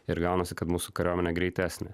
ir gaunasi kad mūsų kariuomenė greitesnė